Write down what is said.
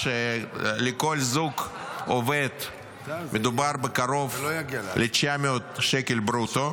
ולכל זוג עובד מדובר בקרוב ל-900 שקלים ברוטו,